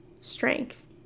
strength